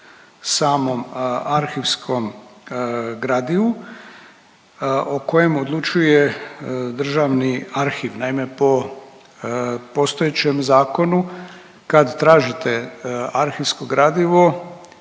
samom arhivskom gradivu o kojem odlučuje Državni arhiv. Naime, po postojećem zakonu kad tražite arhivsko gradivo